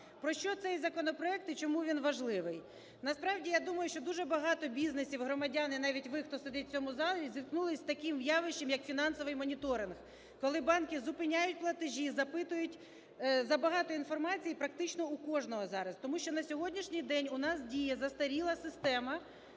Про що цей законопроект і чому він важливий. Насправді, я думаю, що багато бізнесів громадян і навіть ви, хто сидить в цьому залі, зіткнулися з таким явищем, як фінансовий моніторинг, коли банки зупиняють платежі, запитують забагато інформації практично у кожного зараз. Тому що на сьогоднішній день у нас діє застаріла система